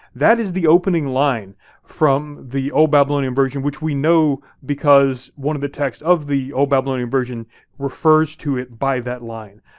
that is the opening line from the old babylonian version, which we know because one of the texts of the old babylonian version refers to it by that line,